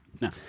No